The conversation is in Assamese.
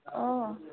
অঁ